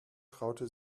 traute